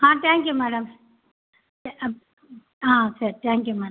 ah thank you madam ஆ சரி thank you madam